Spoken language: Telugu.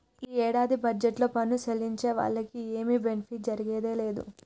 ఈ ఏడాది బడ్జెట్లో పన్ను సెల్లించే వాళ్లకి ఏమి బెనిఫిట్ ఒరిగిందే లేదు